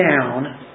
down